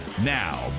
now